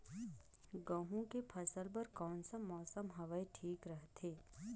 गहूं के फसल बर कौन सा मौसम हवे ठीक रथे?